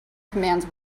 commands